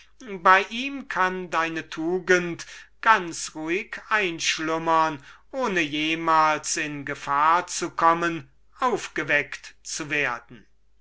bei ihm kann deine tugend ganz ruhig einschlummern ohne jemals in gefahr zu kommen aufgeweckt zu werden